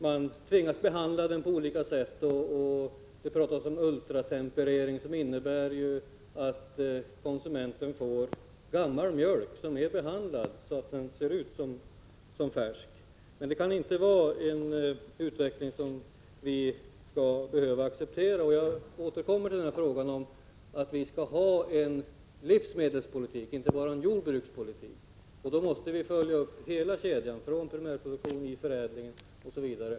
Man tvingas behandla mjölken på olika sätt — det talas om ultratemperering, som innebär att konsumenten får gammal mjölk som är behandlad så att den ser ut som färsk. En sådan utveckling skall vi inte behöva acceptera. Jag återkommer till frågan om att vi skall ha en livsmedelspolitik, inte bara en jordbrukspolitik. Där måste vi följa upp hela kedjan från primärproduktion till förädling.